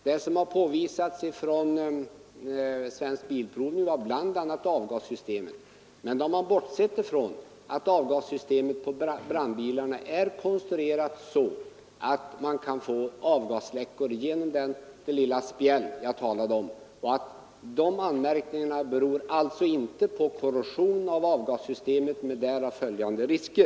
Det som har påvisats från Svensk bilprovning gällde bl.a. avgassystemet, men då hade man bortsett från att avgassystemet på brandbilarna är konstruerat så, att man kan få avgasläckor genom det lilla spjäll jag talade om. De anmärkningarna beror alltså inte på korrosion i avgassystemet med därav följande risker.